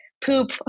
poop